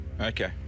Okay